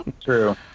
true